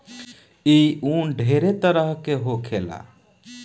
ई उन ढेरे तरह के होखेला